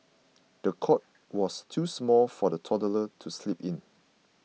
the cot was too small for the toddler to sleep in